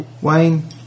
Wayne